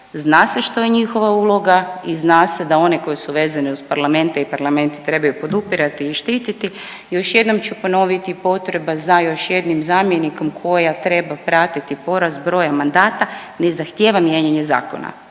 zna se što je njihova uloga i zna se da one koje su vezane uz parlamente i parlamenti trebaju podupirati i štititi. Još jednom ću ponoviti, potreba za još jednim zamjenikom koja treba pratiti porast broja mandata ne zahtjeva mijenjanje zakona,